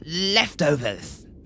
leftovers